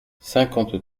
cinquante